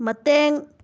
ꯃꯇꯦꯡ